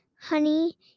honey